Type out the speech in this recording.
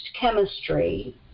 chemistry